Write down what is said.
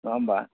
नङा होमब्ला